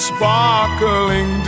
Sparkling